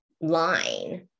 line